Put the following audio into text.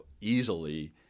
easily